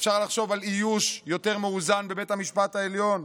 אפשר לחשוב על איוש יותר מאוזן בבית המשפט העליון,